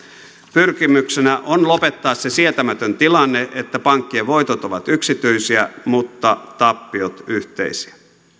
pyrkimyksenä on lopettaa se sietämätön tilanne että pankkien voitot ovat yksityisiä mutta tappiot yhteisiä